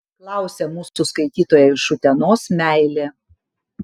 klausia mūsų skaitytoja iš utenos meilė